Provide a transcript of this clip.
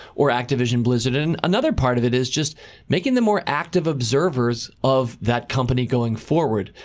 or activision blizzard. and another part of it is just making them more active observers of that company going forward.